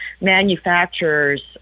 manufacturers